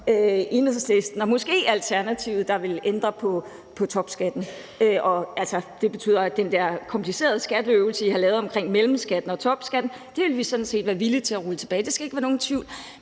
Enhedslisten og måske også Alternativet. Og det betyder sådan set, at den der komplicerede skatteøvelse, I har lavet omkring mellemskatten og topskatten, ville vi være villige til at rulle tilbage. Det skal der ikke være nogen tvivl